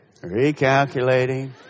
Recalculating